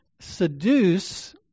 seduce